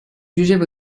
jugeait